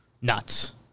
nuts